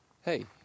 Hey